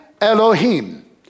Elohim